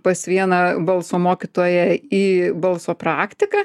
pas vieną balso mokytoją į balso praktiką